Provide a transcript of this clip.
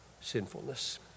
sinfulness